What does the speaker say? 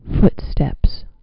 footsteps